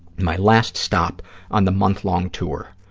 my last stop on the month-long tour.